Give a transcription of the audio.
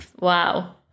wow